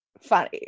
funny